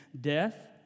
death